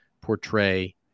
portray